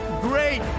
great